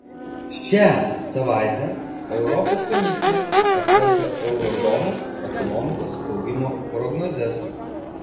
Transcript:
šią savaitę europos komisija apkarpė euro zonos ekonomikos augimo prognozes